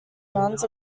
runs